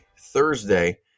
Thursday